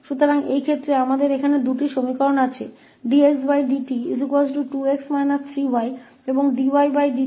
तो इस मामले में हमारे यहां दो समीकरण हैं dxdt 2𝑥 − 3𝑦 और dxdt𝑦 − 2𝑥